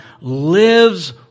lives